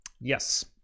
Yes